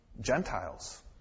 gentiles